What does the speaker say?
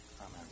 Amen